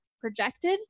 projected